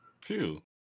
Phew